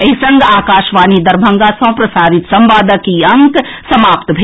एहि संग आकाशवाणी दरभंगा सँ प्रसारित संवादक ई अंक समाप्त भेल